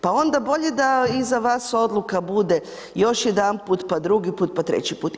Pa onda bolje da iza vas odluka bude još jedanput, pa drugi put, pa treći put.